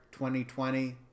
2020